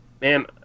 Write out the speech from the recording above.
man